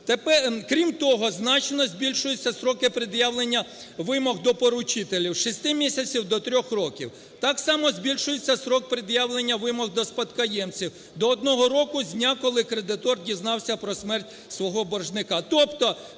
Крім того, значно збільшуються строки пред'явлення вимог до поручителів: з шести місяців до трьох років, так само збільшується строк пред'явлення вимог до спадкоємців: до одного року з дня, коли кредитор дізнався про смерть свого боржника.